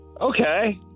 Okay